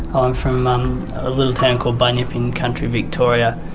um from a little town called bunyip in country victoria,